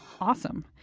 awesome